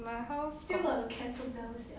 my house got